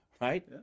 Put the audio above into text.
right